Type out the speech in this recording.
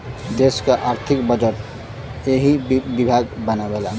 देस क आर्थिक बजट एही विभाग बनावेला